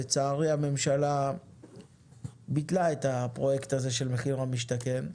לצערי הממשלה ביטלה את הפרוייקט הזה של מחיר למשתכן,